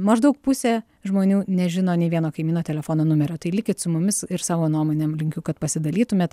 maždaug pusė žmonių nežino nei vieno kaimyno telefono numerio tai likit su mumis ir savo nuomonėm linkiu kad pasidalytumėt